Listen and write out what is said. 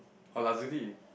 or Lazuli